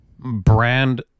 brand